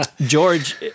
George